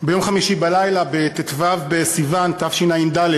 ביום חמישי בלילה, בט"ו בסיוון תשע"ד,